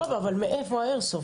סבבה, אבל מאיפה האיירסופט?